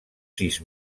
sis